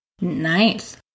Nice